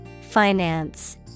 Finance